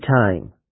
time